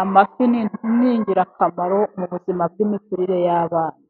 amafi ni ingirakamaro mu buzima n'imikurire y'abana.